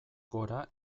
gora